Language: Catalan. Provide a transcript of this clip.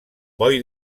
boi